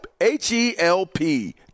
H-E-L-P